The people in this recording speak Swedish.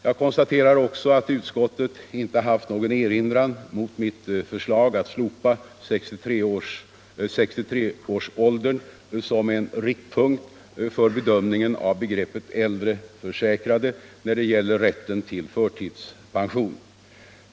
Jag konstaterar också att utskottet inte haft någon erinran mot mitt förslag att slopa 63-årsåldern som en riktpunkt för bedömningen av begreppet äldre försäkrade när det gäller rätten till förtidspension.